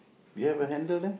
do you have a handle there